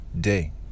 day